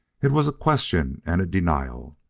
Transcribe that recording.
it was a question and a denial.